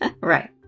Right